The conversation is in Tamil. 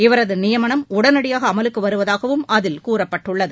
இவரது நியமனம் உடனடியாக அமலுக்கு வருவதாகவும் அதில் கூறப்பட்டுள்ளது